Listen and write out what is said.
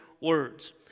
words